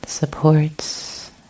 supports